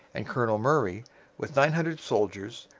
and colonel murray with nine hundred soldiers,